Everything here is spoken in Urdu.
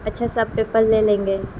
اچھا سب پیپر لے لیں گے